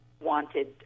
wanted